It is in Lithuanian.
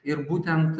ir būtent